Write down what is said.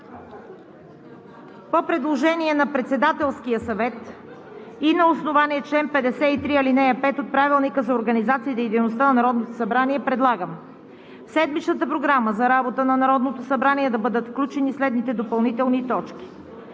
по предложение на Председателския съвет и на основание чл. 53, ал. 5 от Правилника за организацията и дейността на Народното събрание предлагам в седмичната Програма за работа на Народното събрание да бъдат включени следните допълнителни точки: